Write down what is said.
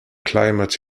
climate